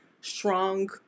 strong